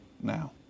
now